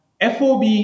FOB